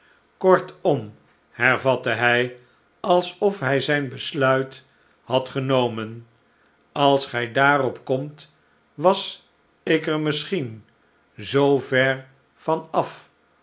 kortom hervatte hij alsof hij zijn besluit had genomen als gij daarop komt was iker mischien zoo ver van af